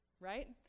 Right